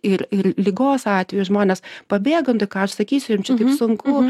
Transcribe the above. ir ir ligos atveju žmonės pabėga ką aš sakysiu jiem čia taip sunku